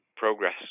progress